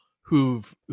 who've